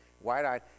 wide-eyed